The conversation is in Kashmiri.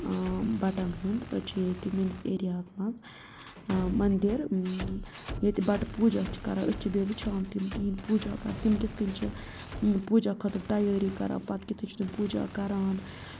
بَٹَن ہُنٛد چھِ ییٚتہِ میٛٲنِس ایریا ہَس منٛز مَندِر ییٚتہِ بَٹہٕ پوٗجا چھِ کَران أسۍ چھِ بیٚیہِ وُچھان تِم تِہِنٛدۍ پوٗجا کَران تِم کِتھ کٔنۍ چھِ پوٗجا خٲطرٕ تیٲری کَران پَتہٕ کِتھ کٔنۍ چھِ تِم پوٗجا کَران